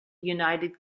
united